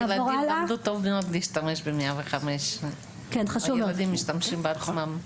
ילדים למדו טוב מאוד להשתמש במוקד 105. כן,